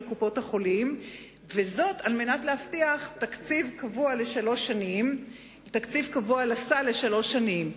קופות-החולים כדי להבטיח תקציב קבוע לסל לשלוש שנים.